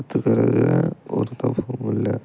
கற்றுக்கறதுல ஒரு தப்பும் இல்லை